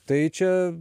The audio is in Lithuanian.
tai čia